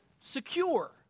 secure